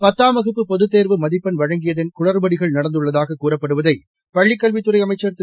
பத்தாம் வகுப்பு பொதுத்தேர்வு மதிப்பெண் வழங்கியதின் குளறுபடிகள் நடந்துள்ளதாக கூறப்படுவதை பள்ளிக் கல்வித்துறை அமைச்சர் திரு